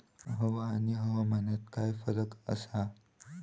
हवा आणि हवामानात काय फरक असा?